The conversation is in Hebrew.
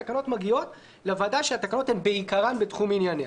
התקנות מגיעות לוועדה שהתקנות הן בעיקרן בתחום ענייניה.